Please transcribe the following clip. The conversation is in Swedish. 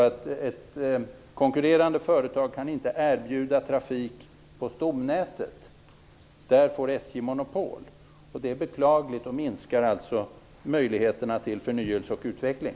Ett konkurrerande företag kan inte erbjuda trafik på stomnätet, där får SJ monopol. Det är beklagligt och minskar alltså möjligheterna till förnyelse och utveckling.